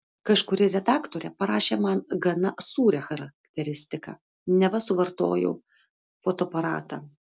kažkuri redaktorė parašė man gana sūrią charakteristiką neva suvartojau fotoaparatą